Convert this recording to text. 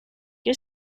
què